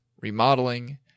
remodeling